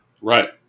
Right